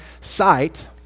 sight